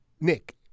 Nick